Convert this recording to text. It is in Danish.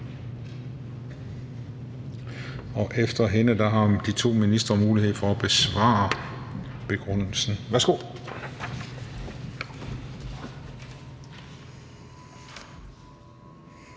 og efter hende har de to ministre mulighed for at besvare forespørgslen. Værsgo.